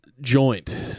joint